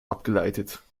abgeleitet